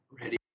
Ready